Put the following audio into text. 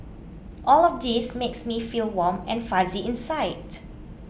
all of these makes me feel warm and fuzzy inside